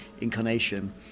incarnation